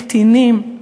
קטינים.